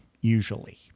usually